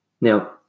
Now